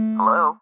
Hello